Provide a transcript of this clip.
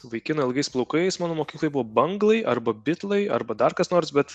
vaikinai ilgais plaukais mano mokykloj buvo banglai arba bitlai arba dar kas nors bet